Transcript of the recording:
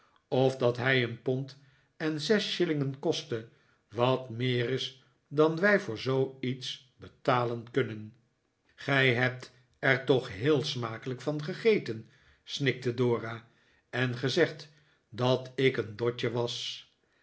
of dat hij een pond en zes shillingen kostte wat meer is dan wij voor zooiets betalen kunnen gij hebt er toch heel smakelijk van gegeten snikte dora en gezegd dat ik een dotje was